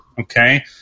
Okay